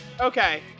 Okay